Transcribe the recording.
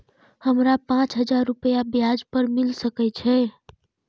हमरा पाँच हजार रुपया ब्याज पर मिल सके छे?